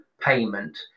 payment